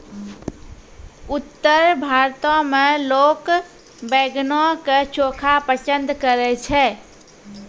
उत्तर भारतो मे लोक बैंगनो के चोखा पसंद करै छै